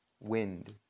Wind